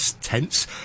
tense